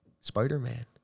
Spider-Man